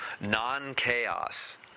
non-chaos